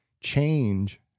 change